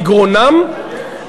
בגרונן,